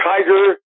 Tiger